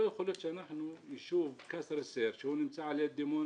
לא יכול להיות שיישוב שנמצא ליד דימונה,